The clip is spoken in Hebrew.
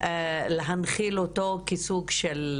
להנחיל אותו כסוג של